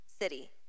city